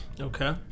Okay